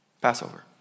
Passover